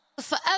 forever